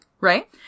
Right